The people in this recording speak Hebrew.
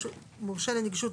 מורשה לנגישות,